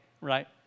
right